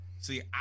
See